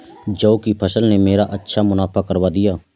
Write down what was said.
जौ की फसल ने मेरा अच्छा मुनाफा करवा दिया